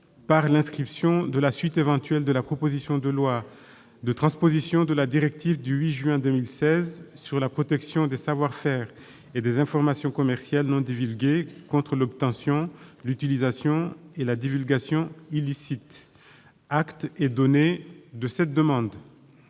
par l'inscription de la suite éventuelle de la proposition de loi de transposition de la directive du 8 juin 2016 sur la protection des savoir-faire et des informations commerciales non divulgués contre l'obtention, l'utilisation et la divulgation illicites. Acte est donné de cette demande.